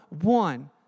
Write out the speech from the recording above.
one